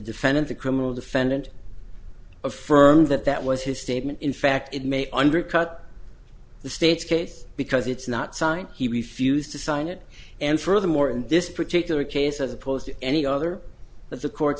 defendant the criminal defendant affirmed that that was his statement in fact it may undercut the state's case because it's not signed he refused to sign it and furthermore in this particular case as opposed to any other but the court